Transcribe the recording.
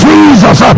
Jesus